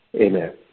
Amen